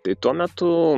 tai tuo metu